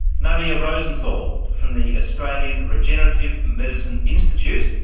nadia rosenthal, from the australian regenerative medicine institute,